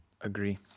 Agree